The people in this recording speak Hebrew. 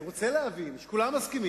אני רוצה להבין שכולם מסכימים,